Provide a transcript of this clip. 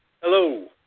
Hello